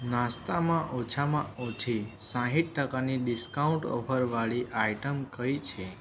નાસ્તામાં ઓછામાં ઓછી સાઠ ટકાની ડિસ્કાઉન્ટ ઓફરવાળી આઇટમ કઈ છે